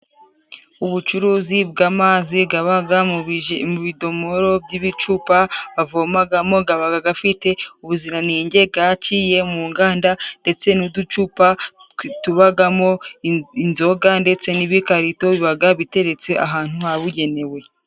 Ubucuruzi bw'amazi gabaga mu bidomoro by'ibicupa bavomagamo, gabaga gafite ubuziranenge, gaciye mu nganda, ndetse n'uducupa tubagamo inzoga, ndetse n'ibikarito bibaga biteretse ahantu habugenewe.